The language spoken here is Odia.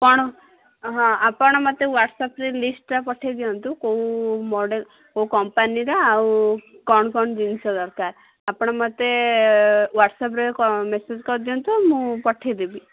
କ'ଣ ହଁ ଆପଣ ମୋତେ ହ୍ୱାଟ୍ସଅପ୍ରେ ଲିଷ୍ଟଟା ପଠାଇ ଦିଅନ୍ତୁ କେଉଁ ମଡ଼େଲ କେଉଁ କଂପାନୀର ଆଉ କ'ଣ କ'ଣ ଜିନଷ ଦରକାର ଆପଣ ମୋତେ ହ୍ୱାଟ୍ସଅପ୍ରେ ମେସେଜ୍ କରଦିଅନ୍ତୁ ମୁଁ ପଠାଇଦେବି